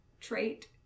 trait